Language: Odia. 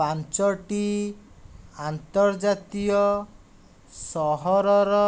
ପାଞ୍ଚୋଟି ଆନ୍ତର୍ଜାତୀୟ ସହରର